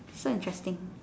so interesting